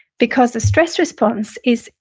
because the stress response is,